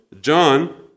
John